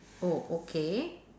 oh okay